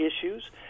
issues